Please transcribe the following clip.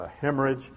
hemorrhage